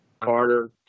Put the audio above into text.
Carter